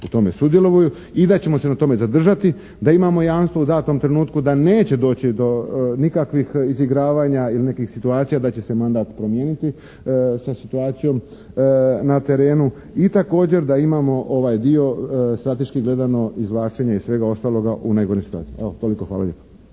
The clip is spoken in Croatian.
u tome sudjeluju. I da ćemo se na tome zadržati, da imamo jamstvo u datom trenutku da neće doći do nikakvih izigravanja ili nekih situacija, da će se mandat promijeniti sa situacijom na terenu i također da imamo ovaj dio strateški gledano izvlačenja i svega ostaloga u najgoroj situaciji. Evo toliko, hvala lijepa.